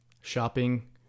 shopping